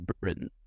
Britain